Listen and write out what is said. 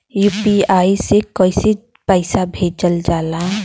UPI से कइसे पैसा भेजल जाला?